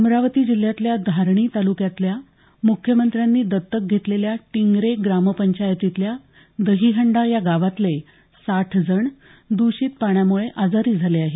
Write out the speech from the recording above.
अमरावती जिल्ह्यातल्या धारणी ताल्क्यातल्या मुख्यमंत्र्यांनी दत्तक घेतलेल्या टिंगरे ग्रामपंचायतीतल्या दहीहंडा या गावातले साठ जण दूषित पाण्यामुळे आजारी झाले आहेत